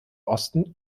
osten